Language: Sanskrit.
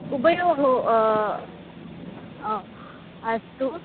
उभयोः अ अस्तु